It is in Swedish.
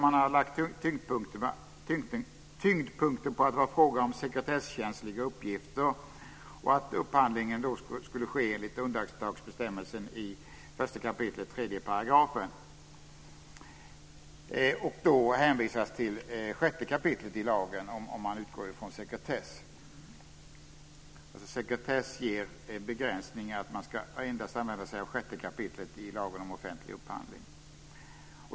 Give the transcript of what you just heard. Man har lagt tyngdpunkten på att det var fråga om sekretesskänsliga uppgifter och att upphandlingen då skulle ske enligt undantagsbestämmelsen i 1 kap. 3 §. Då hänvisas till 6 kap. i lagen om man utgår från sekretess. Sekretess ger alltså en begränsning att man ska endast använda sig av 6 kap. i lagen om offentlig upphandling.